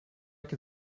can